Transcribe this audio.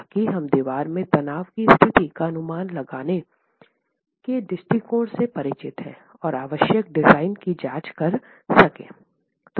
ताकि हम दीवार में तनाव की स्थिति का अनुमान लगाने के दृष्टिकोण से परिचित हैंऔर आवश्यक डिज़ाइन की जाँच कर सके